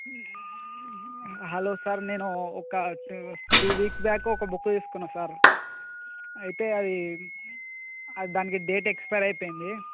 hello sir నేను ఒక two two weeks back ఒక బుక్కు తీసుకున్నా సార్ అయితే అది దానికి డేట్ ఎక్స్పైర్ అయిపోయింది